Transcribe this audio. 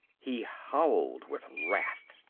he howled with wrath.